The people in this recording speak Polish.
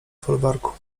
folwarku